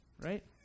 right